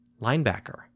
linebacker